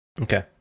okay